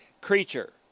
Creature